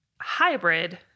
hybrid